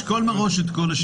שקול מראש את כל השיקולים.